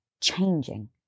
changing